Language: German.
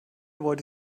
wollte